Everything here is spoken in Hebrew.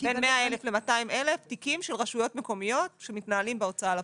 בין 100,000 ל-200,000 תיקים של רשויות מקומיות שמנהלים בהוצאה לפועל.